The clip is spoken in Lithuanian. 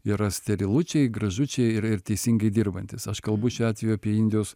yra sterilučiai gražučiai ir ir teisingai dirbantys aš kalbu šiuo atveju apie indijos